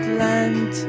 land